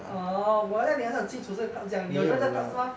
orh !wah! 你好像很清楚这个 club 这样你有 join 这个 club 是吗